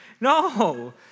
No